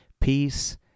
peace